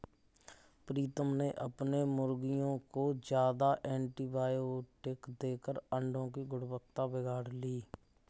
प्रीतम ने अपने मुर्गियों को ज्यादा एंटीबायोटिक देकर अंडो की गुणवत्ता बिगाड़ ली